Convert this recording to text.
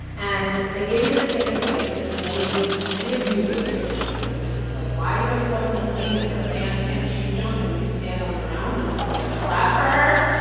and they gave me the same advice that many many of you maybe are thinking, which is like, why do you have to go up in the plane with her? can't can't she jump, and you stand on the ground and just, like, clap for her?